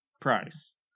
price